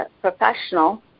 professional